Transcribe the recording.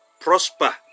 prosper